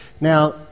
Now